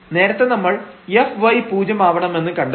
നേരത്തെ നമ്മൾ fy പൂജ്യമാവണമെന്ന് കണ്ടെത്തി